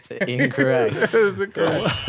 Incorrect